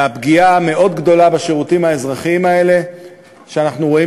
והפגיעה המאוד-גדולה בשנים הקרובות שאנחנו רואים